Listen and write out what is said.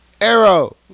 Arrow